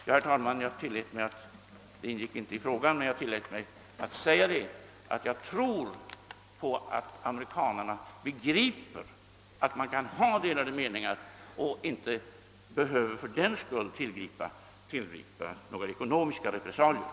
Detta ingick, herr talman, inte i herr Erikssons i Bäckmora fråga, men jag har tillåtit mig att säga att jag tror att amerikanarna begriper att vi kan ha delade meningar utan att några ekonomiska repressalier fördenskull behöver tillgripas.